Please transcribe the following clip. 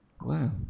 Wow